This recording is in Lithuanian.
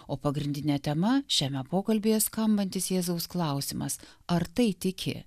o pagrindinė tema šiame pokalbyje skambantis jėzaus klausimas ar tai tiki